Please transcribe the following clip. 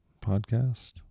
podcast